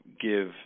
give